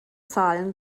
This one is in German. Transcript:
zahlen